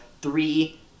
three